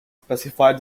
specified